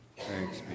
Thanks